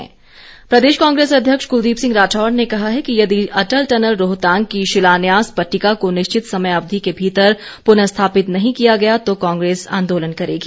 राठौर प्रदेश कांग्रेस अध्यक्ष कुलदीप सिंह राठौर ने कहा है कि यदि अटल टनल रोहतांग की शिलान्यास पट्टिका को निश्चित समयावधि के भीतर पुनःस्थापित नहीं किया गया तो कांग्रेस आन्दोलन करेगी